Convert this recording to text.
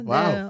Wow